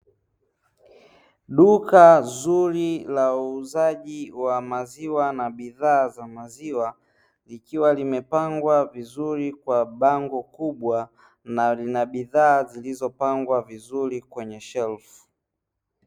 Duka zuri la uuzaji wa maziwa na bidhaa za maziwa likiwa limepangwa vizuri kwa bango kubwa na lina bidhaa zilizo pangwa vizuri kwenye shelfu.